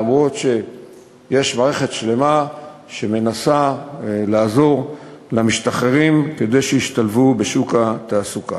אף שיש מערכת שלמה שמנסה לעזור למשתחררים כדי שישתלבו בשוק התעסוקה.